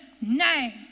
name